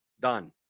Done